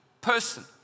person